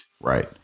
Right